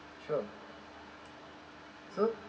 true true